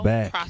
Back